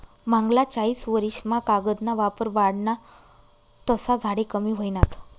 मांगला चायीस वरीस मा कागद ना वापर वाढना तसा झाडे कमी व्हयनात